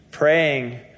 Praying